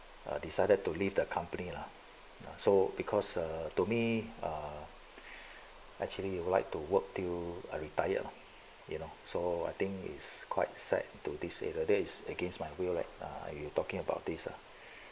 I decided to leave the company lah so because err to me err actually you would like to work to are retired you know so I think is quite sad to this area that is against my will like are you talking about this ah